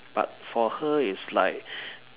but for her it's like